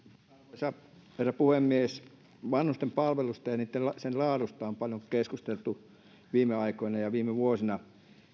arvoisa herra puhemies vanhustenpalveluista ja niitten laadusta on paljon keskusteltu viime aikoina ja viime vuosina